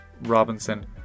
Robinson